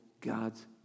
God's